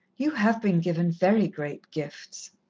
you have been given very great gifts.